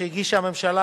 שהגישה הממשלה,